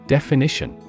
Definition